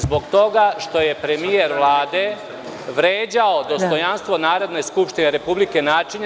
Zbog toga što je premijer Vlade vređao dostojanstvo Narodne skupštine Republike Srbije.